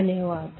धन्यवाद